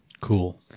Cool